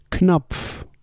Knopf